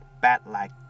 bat-like